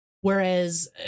Whereas